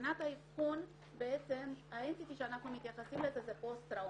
מבחינת האבחון בעצם כפי שאנחנו מתייחסים לזה זה פוסט טראומה,